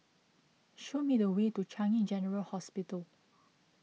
show me the way to Changi General Hospital